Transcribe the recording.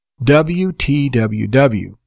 WTWW